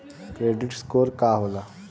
Credit score का होला?